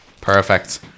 Perfect